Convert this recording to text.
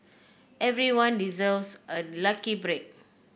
everyone deserves a lucky break